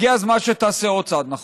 הגיע הזמן שתעשה עוד צעד נכון.